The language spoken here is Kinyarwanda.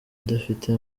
idafite